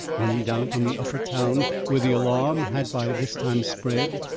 running down from the upper town where the alarm had by this time spread,